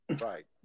right